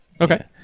Okay